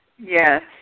Yes